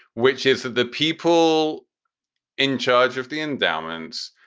which is that the people in charge of the endowments,